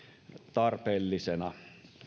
tarpeellisena